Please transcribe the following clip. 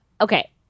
Okay